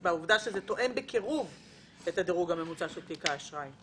מה המשמעות של "תואם בקירוב את הדירוג הממוצע של תיק האשראי"?